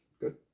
Good